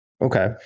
Okay